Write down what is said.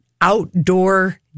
outdoor